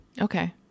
Okay